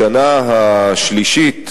בשנה השלישית